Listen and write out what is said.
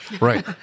right